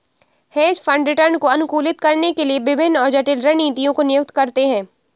hedge fund return को अनुकूलित करने के लिए विभिन्न और जटिल रणनीतियों को नियुक्त करते हैं